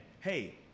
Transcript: hey